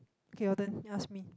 okay your turn you ask me